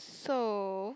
so